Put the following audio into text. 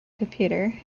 computer